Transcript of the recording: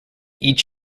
each